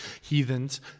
heathens